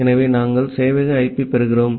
ஆகவே நாங்கள் சேவையக ஐபி பெறுகிறோம்